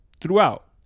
throughout